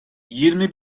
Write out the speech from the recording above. yirmi